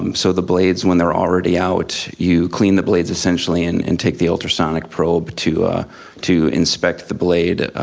um so the blades, when they're already out, you clean the blades essentially and and take the ultrasonic prob to to inspect the blade,